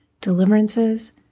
deliverances